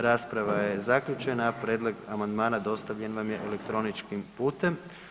Rasprava je zaključena, a pregled amandmana dostavljen vam je elektroničkim putem.